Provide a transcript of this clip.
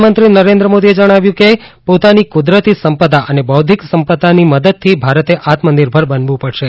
પ્રધાનમંત્રી નરેન્દ્ર મોદીએ જણાવ્યું છે કે પોતાની કુદરતી સંપદા અને બૌધ્ધિક સંપદાની મ દદથી ભારતે આત્મનિર્ભર બનવું પડશે